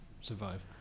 survive